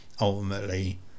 ultimately